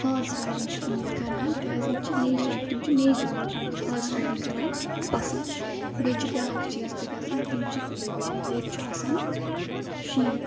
horse riding چھِ تِم ییٚتہِ کَران کیٛازِ ییٚتہِ چھِ نیچرَل تِم چھِ نیچرَل بیٚوٹی منٛز ہارٕس رایڈِنٛگ کَران پَسَنٛد بیٚیہِ چھِ بیٛاکھ چیٖز تہِ گَژھان تِم چھِ یا ییٚتہِ چھُ آسان شیٖن